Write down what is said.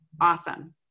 awesome